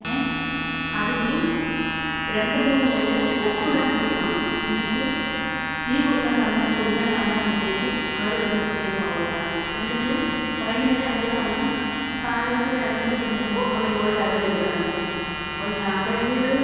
ഏ അതിൽ രണ്ട് മൂന്ന് പേർ ഒപ്പിടാൻ വേണ്ടി കാണും എന്നിട്ട് ടീ കൊടുക്കാൻ സമയം കുടിക്കാൻ സമയം ആവുമ്പോഴത്തേക്കും അവർ ഇവിടുന്ന് എസ്കേപ്പ് ആവുവാണ് സാറേ എന്നിട്ട് വൈകുന്നേരം അതേ സമയം സാലറിക്ക് ഒരു അര മണിക്കൂർ മുമ്പ് അവർ ഇങ്ങോട്ട് കയറി വരുകയാണ് അപ്പോൾ ഞാൻ കരുതിയത്